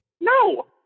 no